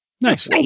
nice